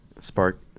spark